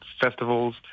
festivals